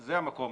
זה המקום